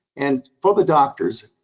and for the doctors,